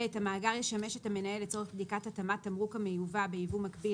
(ב)המאגר ישמש את המנהל לצורך בדיקת התאמת תמרוק המיובא בייבוא מקביל